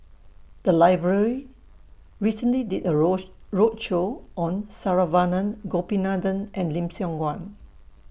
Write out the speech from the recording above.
The Library recently did A Road roadshow on Saravanan Gopinathan and Lim Siong Guan